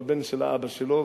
אבל בן של אבא שלו,